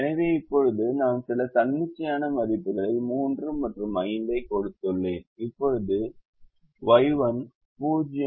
எனவே இப்போது நான் சில தன்னிச்சையான மதிப்புகளை 3 மற்றும் 5 ஐக் கொடுத்துள்ளேன் இப்போது Y1 0